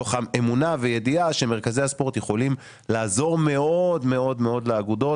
מתוך אמונה וידיעה שמרכזי הספורט יכולים לעזור מאוד מאוד לאגודות,